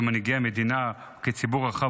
כמנהיגי המדינה וכציבור הרחב,